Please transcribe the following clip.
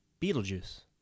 Beetlejuice